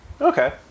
Okay